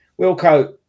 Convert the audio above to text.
Wilco